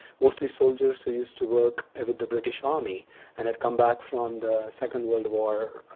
mostly soldiers who used to work with the british army and had come back from the second world war,